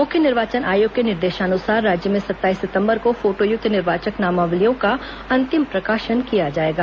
मुख्य निर्वाचन आयोग के निर्देशानुसार राज्य में सत्ताईस सितम्बर को फोटोयुक्त निर्वाचक नामावलियों का अंतिम प्रकाशन किया जाएगा